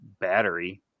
Battery